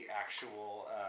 actual